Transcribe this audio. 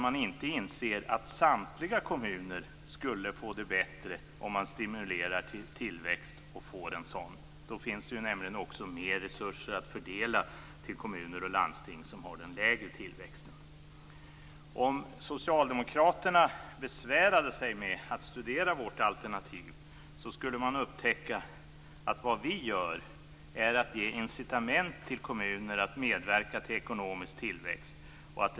Man inser inte att samtliga kommuner skulle få det bättre om man stimulerar tillväxt och får en sådan. Då finns det nämligen också mer resurser att fördela till kommuner och landsting som har den lägre tillväxten. Om Socialdemokraterna besvärade sig med att studera vårt alternativ skulle de upptäcka att vi ger incitament till kommuner att medverka till ekonomiskt tillväxt.